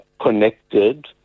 connected